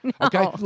okay